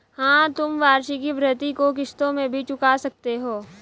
हाँ, तुम वार्षिकी भृति को किश्तों में भी चुका सकते हो